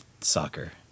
soccer